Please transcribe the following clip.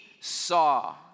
saw